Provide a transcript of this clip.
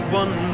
one